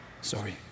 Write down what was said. Sorry